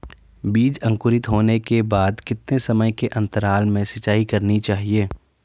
बीज अंकुरित होने के बाद कितने समय के अंतराल में सिंचाई करनी चाहिए?